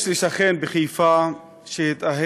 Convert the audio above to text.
יש לי שכן בחיפה שהתאהב